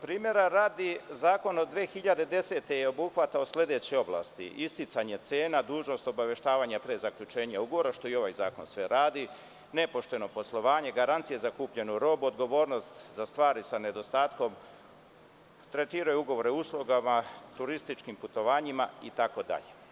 Primera radi, zakon od 2010. je obuhvatao sledeće oblasti – isticanje cena, dužnost obaveštavanja pre zaključenja ugovora, što i ovaj zakon sve radi, nepošteno poslovanje, garancije za kupljenu robu, odgovornost za stvari sa nedostatkom, tretirao je ugovore o uslugama, turističkim putovanjima itd.